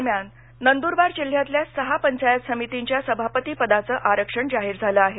दरम्यान नंदुरबार जिल्ह्यातील सहा पंचायत समितींच्या सभापती पदाचं आरक्षण जाहीर झालं आहे